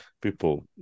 People